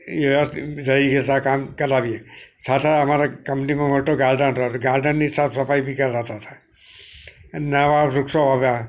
એવા થઈ જતાં કામ કરાવીએ સાથે અમારી કંપનીમાં મોટો ગાર્ડન હતો તો ગાર્ડનની સાફ સફાઈ બી કરાવતા હતા એમ નવા વૃક્ષો વાવ્યા